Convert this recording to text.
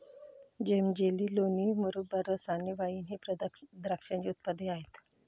जेम, jelly, लोणी, मुरब्बा, रस आणि वाइन हे द्राक्षाचे उत्पादने आहेत